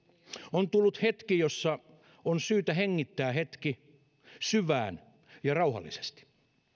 on tullut hetki jossa on syytä hengittää hetki syvään ja rauhallisesti